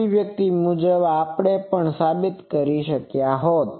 અભિવ્યક્તિ મુજબ પણ આપણે તે સાબિત કરી શકી હોત